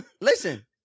listen